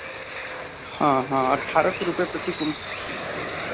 हाँ हाँ अठारह सौ रुपये प्रति कुंतल